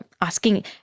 asking